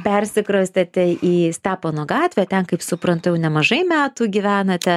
persikraustėte į stepono gatvę ten kaip suprantu jau nemažai metų gyvenate